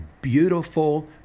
beautiful